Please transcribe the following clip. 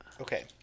okay